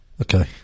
Okay